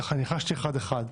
ניחשתי אחד-אחד.